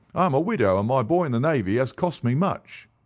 um a widow, and my boy in the navy has cost me much.